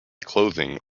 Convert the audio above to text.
clothing